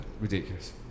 Ridiculous